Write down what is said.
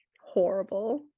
horrible